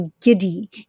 giddy